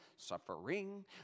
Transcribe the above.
suffering